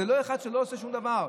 זה לא אחד שלא עושה שום דבר.